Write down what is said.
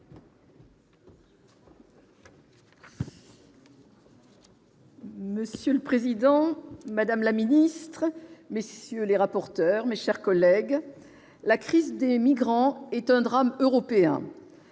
Monsieur le président, madame la ministre, messieurs les rapporteurs, mes chers collègues, la crise des migrants est un drame européen.